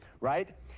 right